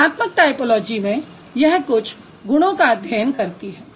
गुणात्मक टायपोलॉजी में यह कुछ गुणों का अध्ययन करती है